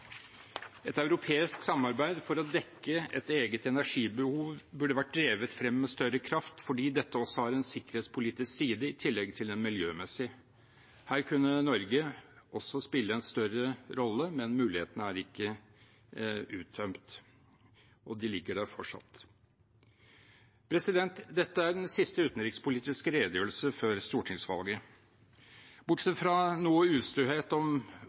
Et europeisk samarbeid for å dekke et eget energibehov burde vært drevet frem med større kraft fordi dette har en sikkerhetspolitisk side i tillegg til en miljømessig. Her kunne Norge også spille en større rolle, men mulighetene er ikke uttømt, og de ligger der fortsatt. Dette er den siste utenrikspolitiske redegjørelse før stortingsvalget. Bortsett fra noe ustøhet om